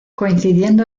coincidiendo